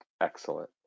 Excellent